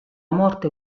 morte